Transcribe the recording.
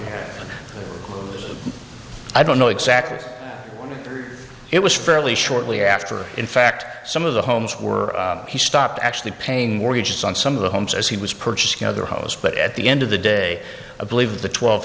zero i don't know exactly what it was fairly shortly after in fact some of the homes were he stopped actually paying mortgages on some of the homes as he was purchasing other hoes but at the end of the day a believe the twelve